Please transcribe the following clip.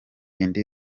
indi